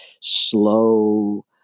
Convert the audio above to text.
slow